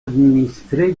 administré